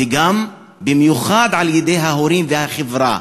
ובמיוחד על-ידי ההורים והחברה.